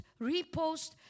repost